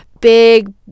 big